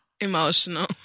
emotional